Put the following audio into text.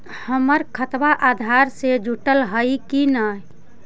हमर खतबा अधार से जुटल हई कि न?